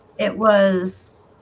it was